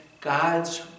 God's